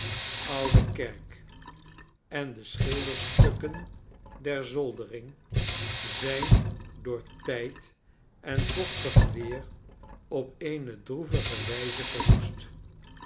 oude kerk en de schildersukken der zoldering zijn door tijd en vochtig weer op eene droevige wijze verwoest